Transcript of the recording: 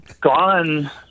gone